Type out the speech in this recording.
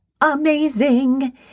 amazing